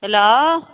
hello